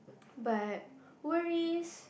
but worries